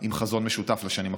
עם חזון משותף לשנים הקרובות.